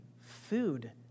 food